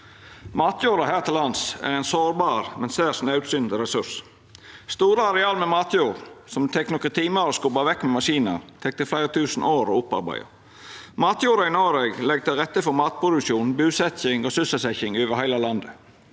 Matjorda her til lands er ein sårbar, men særs naudsynt resurs. Store areal med matjord som det tek nokre timar å skubba vekk med maskinar, tek det fleire tusen år å opparbeida. Matjorda i Noreg legg til rette for matproduksjon, busetjing og sysselsetjing over heile landet.